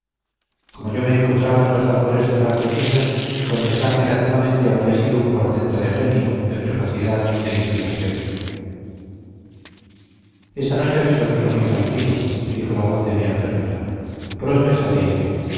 como yo me encontraba en los albores del raciocinio contestar negativamente habría sido un portento de genio de precocidad de inspiración esta noche habéis dormido muy tranquilo dijo la voz de mi enfermera pronto estaréis bien